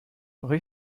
rue